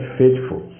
faithful